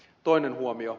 toinen huomio